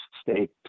state